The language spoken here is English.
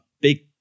big